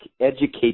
educate